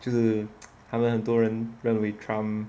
就是 他们很多人认为 trump